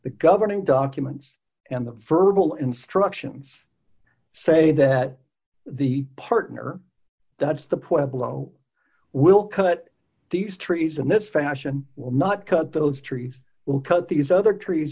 the governing documents and the verbal instructions say that the partner that's the point below will cut these trees in this fashion will not cut those trees will cut these other trees